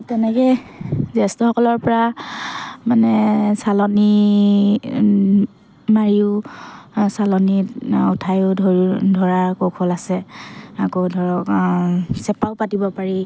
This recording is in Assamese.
তেনেকৈ জ্যেষ্ঠসকলৰ পৰা মানে চালনী মাৰিও চালনীত উঠায়ো ধৰোঁ ধৰাৰ কৌশল আছে আকৌ ধৰক চেপাও পাতিব পাৰি